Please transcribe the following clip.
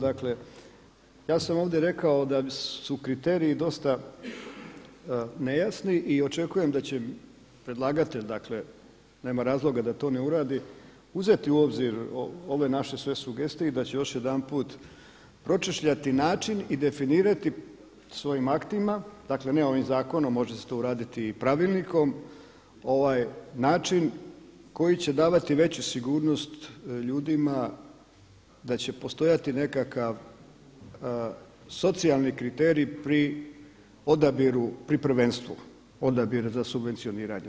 Dakle ja sam ovdje rekao da su kriteriji dosta nejasni i očekujem da će predlagatelj, dakle nema razloga da to ne uradi, uzeti u obzir ove naše sve sugestije i da će još jedanput pročešljati način i definirati svojim aktima, dakle ne ovim zakonom, može se to uraditi i pravilnikom ovaj način koji će davati veću sigurnost ljudima, da će postojati nekakav socijalni kriterij pri odabiru, pri prvenstvu, odabir za subvencioniranje.